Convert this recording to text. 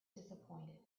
disappointed